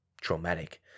traumatic